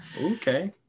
Okay